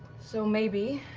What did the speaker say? so maybe